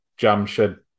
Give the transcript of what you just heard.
Jamshed